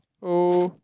oh